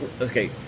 okay